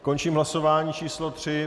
Končím hlasování číslo 3.